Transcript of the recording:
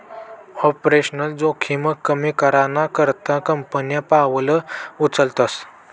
operational जोखिम कमी कराना करता कंपन्या पावलं उचलतस